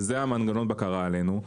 וזה מנגנון הבקרה עלינו,